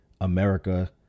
America